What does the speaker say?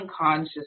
unconscious